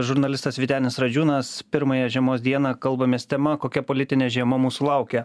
žurnalistas vytenis radžiūnas pirmąją žiemos dieną kalbamės tema kokia politinė žiema mūsų laukia